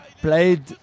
played